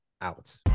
out